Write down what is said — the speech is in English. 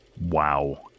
Wow